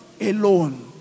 Alone